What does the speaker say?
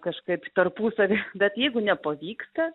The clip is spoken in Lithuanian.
kažkaip tarpusavy bet jeigu nepavyksta